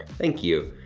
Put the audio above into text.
thank you.